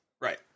Right